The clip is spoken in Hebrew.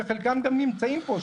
שחלקם גם נמצאים פה.